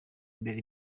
imbere